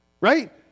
right